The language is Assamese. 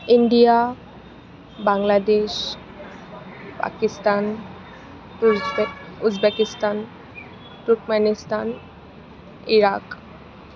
India Bangladesh Pakistan Uzbekistan Turkmenistan Iraq